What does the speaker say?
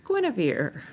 Guinevere